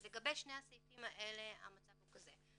אז לגבי שני הסעיפים האלה המצב הוא כזה.